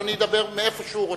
אדוני ידבר מאיפה שהוא רוצה.